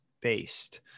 based